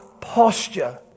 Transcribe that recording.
posture